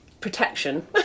protection